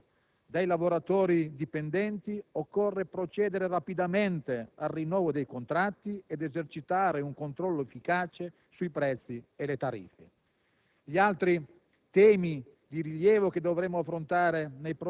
Naturalmente, per tutelare il potere d'acquisto dei lavoratori dipendenti, occorre procedere rapidamente al rinnovo dei contratti ed esercitare un controllo efficace sui prezzi e le tariffe.